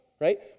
right